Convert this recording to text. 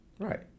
Right